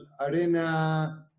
Arena